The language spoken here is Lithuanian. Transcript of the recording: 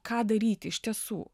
ką daryti iš tiesų